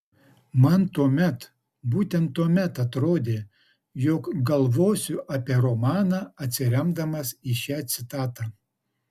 man tuomet būtent tuomet atrodė jog galvosiu apie romaną atsiremdamas į šią citatą